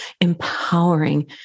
empowering